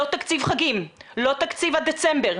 לא תקציב חגים, לא תקציב עד דצמבר.